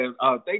Thank